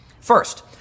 First